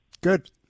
Good